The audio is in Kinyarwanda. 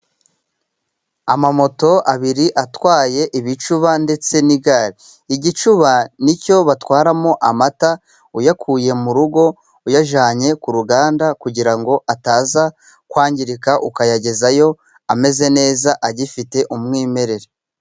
Moto ebyiri zitwaye ibicuba ndetse n'igare, igicuba ni cyo batwaramo amata uyakuye mu rugo uyajyanye ku ruganda kugira ngo ataza kwangirika, ukayagezayo ameze neza agifite umwimerere.